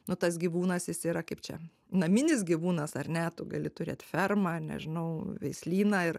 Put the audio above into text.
nu tas gyvūnas jis yra kaip čia naminis gyvūnas ar ne tu gali turėt fermą nežinau veislyną ir